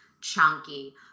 chunky